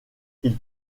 ils